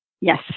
Yes